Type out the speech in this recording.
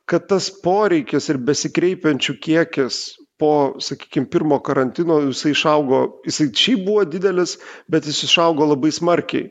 kad tas poreikis ir besikreipiančių kiekis po sakykim pirmo karantino jisai išaugo jisai šiaip buvo didelis bet jis išaugo labai smarkiai